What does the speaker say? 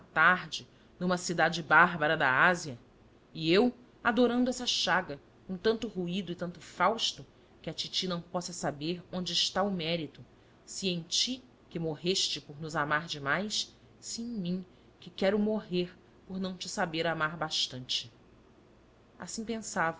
tarde numa cidade bárbara da ásia e eu adorando essa chaga com tanto ruído e tanto fausto que a titi não possa saber onde está o mérito se em ti que morreste por nos amar de mais se em mim que quero morrer por não te saber amar bastante assim pensava